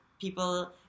people